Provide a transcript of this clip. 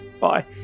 Bye